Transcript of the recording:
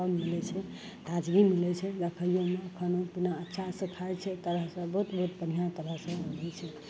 दम मिलय छै ताजगी मिलय छै वएह खाइयोमे खाना पीना अच्छासँ खाय छै तऽ बहुत बहुत बढ़िआँ तरहसँ रहय छै